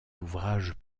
ouvrages